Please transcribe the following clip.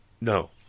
No